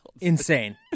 Insane